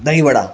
दही वडा